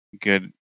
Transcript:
good